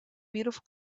beautiful